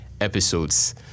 episodes